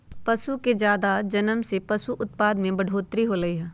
पशु के जादा जनम से पशु उत्पाद में बढ़ोतरी होलई ह